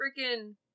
freaking